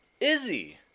Izzy